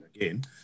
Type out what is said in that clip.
again